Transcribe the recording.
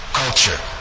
culture